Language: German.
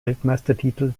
weltmeistertitel